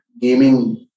gaming